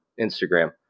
Instagram